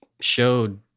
showed